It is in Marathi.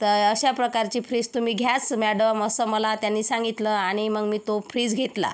तर अशा प्रकारची फ्रीज तुम्ही घ्याच मॅडम असं मला त्यानी सांगितलं आणि मग मी तो फ्रीज घेतला